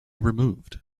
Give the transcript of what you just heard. removed